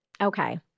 Okay